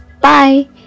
bye